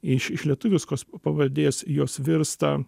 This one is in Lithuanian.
iš iš lietuviškos pavardės jos virsta